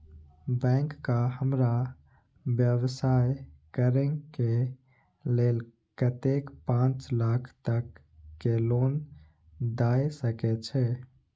Bank का हमरा व्यवसाय करें के लेल कतेक पाँच लाख तक के लोन दाय सके छे?